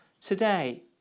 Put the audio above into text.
today